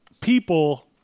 people